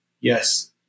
yes